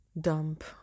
dump